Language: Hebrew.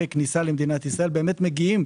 כניסה למדינת ישראל מגיעים